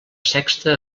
sexta